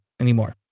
anymore